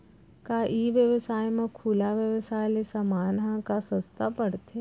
का ई व्यवसाय म खुला व्यवसाय ले समान ह का सस्ता पढ़थे?